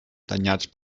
danyats